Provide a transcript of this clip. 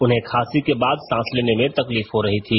उन्हें खांसी के बाद सांस लेने में तकलीफ हो रही थी